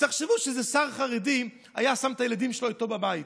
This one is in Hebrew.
תחשבו שאיזה שר חרדי היה שם את הילדים שלו איתו בבית,